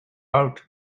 out